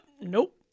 Nope